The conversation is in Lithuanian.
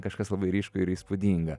kažkas labai ryšku ir įspūdinga